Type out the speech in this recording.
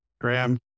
Graham